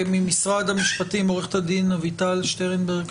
ממשרד המשפטים עו"ד אביטל שטרנברג,